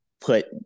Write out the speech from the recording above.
put